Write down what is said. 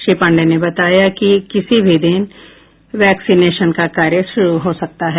श्री पाण्डेय ने बताया कि किसी भी दिन वैक्सीनेशन का कार्य शुरू हो सकता है